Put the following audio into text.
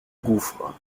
gouffre